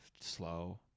slow